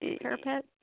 Parapet